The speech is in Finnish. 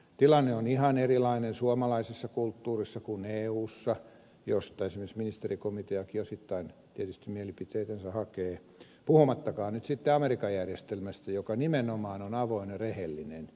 tilanne on ihan erilainen suomalaisessa kulttuurissa kuin eussa josta esimerkiksi ministerikomiteakin osittain tietysti mielipiteitänsä hakee puhumattakaan nyt sitten amerikan järjestelmästä joka nimenomaan on avoin ja rehellinen